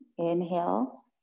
Inhale